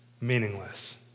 meaningless